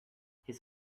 his